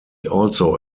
also